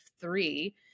three